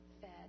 fed